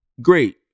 great